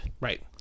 Right